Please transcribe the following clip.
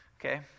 okay